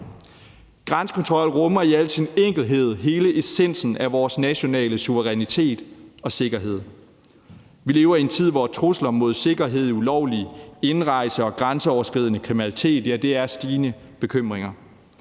Grænsekontrol rummer i al sin enkelhed hele essensen af vores nationale suverænitet og sikkerhed. Vi lever i en tid, hvor trusler mod sikkerhed, ulovlig indrejse og grænseoverskridende kriminalitet i stigende grad er